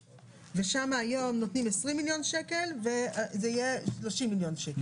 ושם היום נותנים 20 מיליון שקל וזה יהיה 30 מיליון שקל.